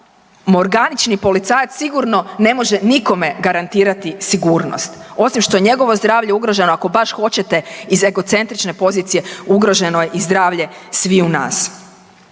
fatamorganični policajac sigurno ne može nikome garantirati sigurnost. Osim što je njegovo zdravlje ugroženo ako baš hoćete iz egocentrične pozicije ugroženo je i zdravlje sviju nas.